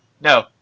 No